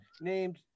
named